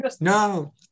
No